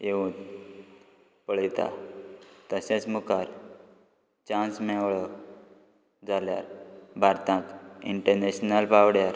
येवन पळयता तशेंच मुखार चान्स मेवळो जाल्यार भारताक इंटरनॅशनल पांवड्यार